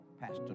Pastor